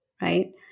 Right